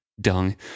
Dung